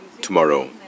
tomorrow